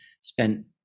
spent